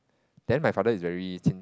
then my father is very chin